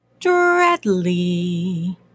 Dreadly